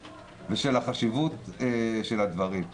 האחרים לחבר ולגבש את המדיניות לגבי הנגשת השירותים שלהם בשעת חירום.